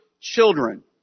children